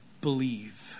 believe